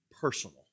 personal